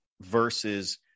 versus –